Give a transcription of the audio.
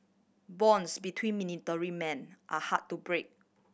bonds between military men are hard to break